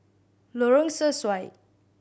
Lorong Sesuai